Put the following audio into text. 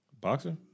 Boxer